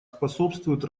способствуют